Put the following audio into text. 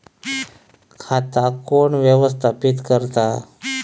खाता कोण व्यवस्थापित करता?